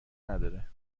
نداره